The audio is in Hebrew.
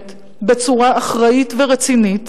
הקודמת בצורה אחראית ורצינית